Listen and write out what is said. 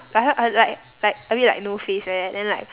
uh like like a bit like no face like that then like